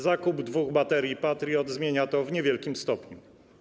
Zakup dwóch baterii Patriot zmienia to w niewielkim stopniu.